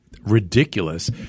ridiculous